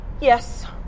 Yes